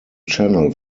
channel